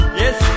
yes